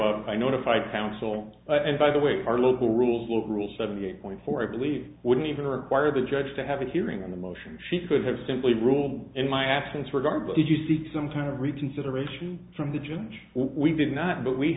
i notified counsel and by the way our local rules will rule seventy eight point four i believe wouldn't even require the judge to have a hearing on the motion she could have simply rule in my absence regard but did you seek some type of reconsideration from the judge we did not but we